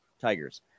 Tigers